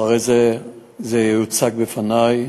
אחרי זה זה יוצג בפני.